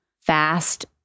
fast